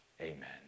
Amen